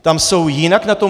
Tam jsou jinak na tom?